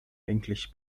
eigentlich